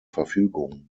verfügung